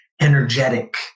energetic